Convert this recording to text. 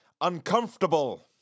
uncomfortable